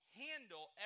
handle